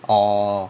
orh